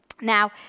Now